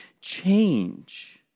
change